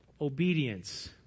obedience